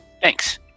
Thanks